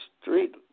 street